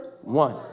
one